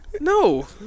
No